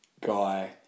guy